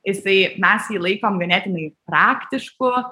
jisai mes jį laikom ganėtinai praktišku